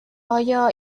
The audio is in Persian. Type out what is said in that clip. آیا